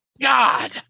God